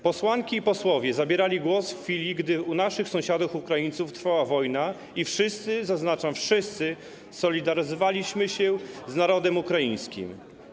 Posłanki i posłowie zabierali głos w chwili, gdy u naszych sąsiadów Ukraińców trwała wojna, i wszyscy, zaznaczam: wszyscy, solidaryzowaliśmy się z narodem ukraińskim.